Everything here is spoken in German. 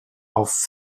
auf